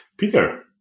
Peter